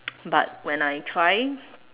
but when I try